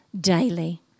daily